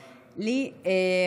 מלכיאלי,